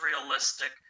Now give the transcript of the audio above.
realistic